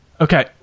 Okay